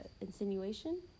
insinuation